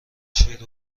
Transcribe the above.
شیر